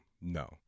no